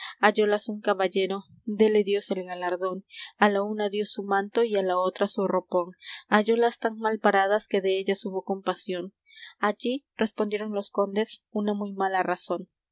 hallólas un caballero déle dios el galardón á la una dió su manto y á la otra su ropón hallólas tan mal paradas que de ellas hubo compasión allí respondieron los condes una muy mala razón